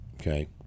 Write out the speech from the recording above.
Okay